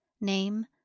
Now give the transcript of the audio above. name